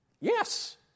Yes